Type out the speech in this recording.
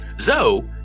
Zoe